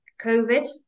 COVID